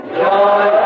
joy